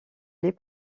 les